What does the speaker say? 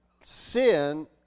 sin